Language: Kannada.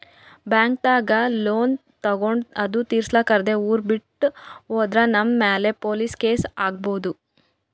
ಬ್ಯಾಂಕ್ದಾಗ್ ಲೋನ್ ತಗೊಂಡ್ ಅದು ತಿರ್ಸಲಾರ್ದೆ ಊರ್ ಬಿಟ್ಟ್ ಹೋದ್ರ ನಮ್ ಮ್ಯಾಲ್ ಪೊಲೀಸ್ ಕೇಸ್ ಆಗ್ಬಹುದ್